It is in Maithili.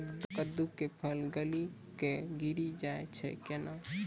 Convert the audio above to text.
कददु के फल गली कऽ गिरी जाय छै कैने?